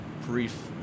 brief